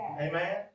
Amen